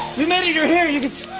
you made it. you're here. you